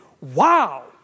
wow